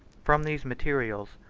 from these materials,